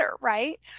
right